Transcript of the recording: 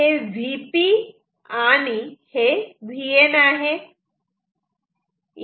आता हे Vp आणि हे Vn आहे